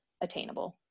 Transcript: attainable